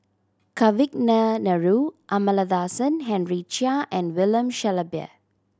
Kavignareru Amallathasan Henry Chia and William Shellabear